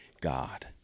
God